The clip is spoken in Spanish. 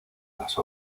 las